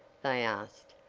they asked.